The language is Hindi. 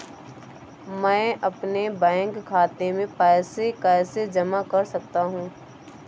मैं अपने बैंक खाते में पैसे कैसे जमा कर सकता हूँ?